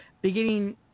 beginning